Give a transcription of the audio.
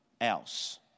else